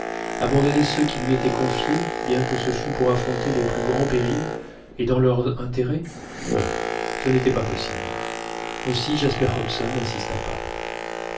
abandonner ceux qui lui étaient confiés bien que ce fût pour affronter les plus grands périls et dans leur intérêt non ce n'était pas possible aussi jasper hobson n'insista pas